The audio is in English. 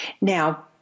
Now